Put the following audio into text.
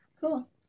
cool